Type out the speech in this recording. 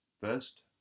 First